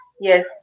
Yes